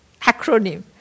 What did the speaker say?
acronym